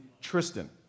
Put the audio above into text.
Tristan